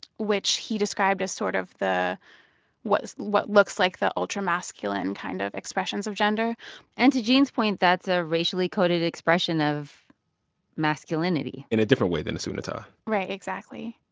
which he described as sort of the what looks like the ultra-masculine kind of expressions of gender and to gene's point, that's a racially coded expression of masculinity in a different way than a suit and tie right. exactly.